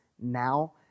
now